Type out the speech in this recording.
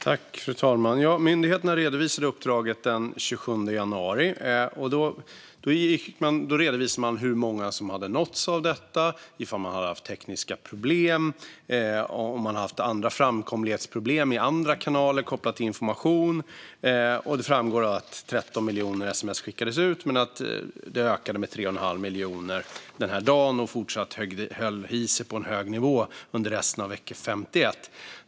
Fru talman! Myndigheterna redovisade uppdraget den 27 januari. Då redovisade de hur många som hade nåtts av detta, om de hade haft tekniska problem och om de hade haft andra framkomlighetsproblem i andra kanaler kopplat till information. Det framgår att 13 miljoner sms skickades ut men att antalet besök ökade med 3 1⁄2 miljon denna dag och fortsatt höll sig på en hög nivå under resten av vecka 51.